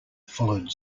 followed